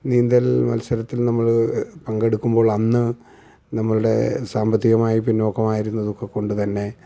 നീന്തൽ മത്സരത്തിൽ നമ്മൾ പങ്കെടുക്കുമ്പോൾ അന്ന് നമ്മുടെ സാമ്പത്തികമായി പിന്നോക്കമായിരുന്നതൊക്കെക്കൊണ്ട് തന്നെ